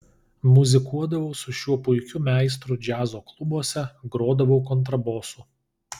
muzikuodavau su šiuo puikiu meistru džiazo klubuose grodavau kontrabosu